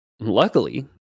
Luckily